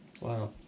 Wow